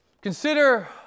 Consider